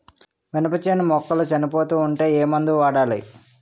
మినప చేను మొక్కలు చనిపోతూ ఉంటే ఏమందు వాడాలి?